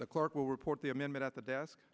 the clerk will report the amendment at the desk